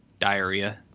diarrhea